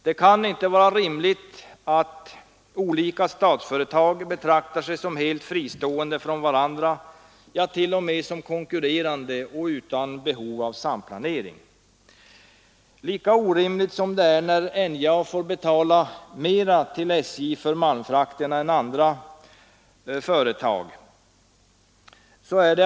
Det kan inte vara rimligt att två statsföretag betraktar sig som helt fristående från varandra, ja t.o.m. som konkurrerande företag utan behov av samplanering. Lika orimligt är det när NJA får betala mera till SJ för malmfrakterna än andra kunder.